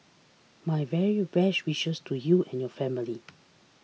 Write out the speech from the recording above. my very best wishes to you and your family